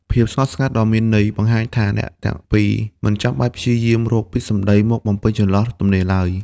ភាពស្ងប់ស្ងាត់ដ៏មានន័យ បង្ហាញថាអ្នកទាំងពីរមិនចាំបាច់ព្យាយាមរកពាក្យសម្ដីមកបំពេញចន្លោះទំនេរឡើយ។